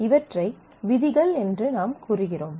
இவற்றை விதிகள் என்று நாம் கூறுகிறோம்